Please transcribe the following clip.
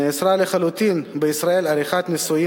נאסרה לחלוטין בישראל עריכת ניסויים